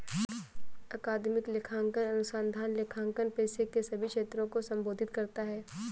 अकादमिक लेखांकन अनुसंधान लेखांकन पेशे के सभी क्षेत्रों को संबोधित करता है